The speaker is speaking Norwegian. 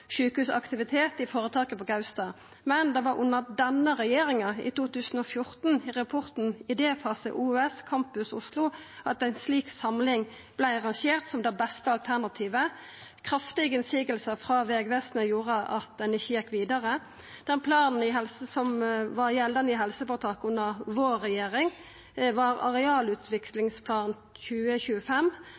sjukehusaktivitet i føretaket på Gaustad. Men det var under denne regjeringa, i 2014, i rapporten «Idéfase OUS Campus Oslo», at ei slik samling vart rangert som det beste alternativet. Kraftige motsegner frå Vegvesenet gjorde at ein ikkje gjekk vidare. Den planen som var gjeldande i helseføretaket under regjeringa vår, var «Arealutviklingsplan 2025»,